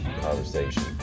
conversation